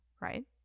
right